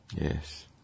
Yes